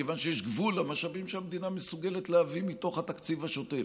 מכיוון שיש גבול למשאבים שהמדינה מסוגלת להביא מתוך התקציב השוטף.